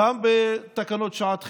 גם בתקנות שעת חירום,